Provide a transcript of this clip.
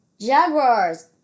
Jaguars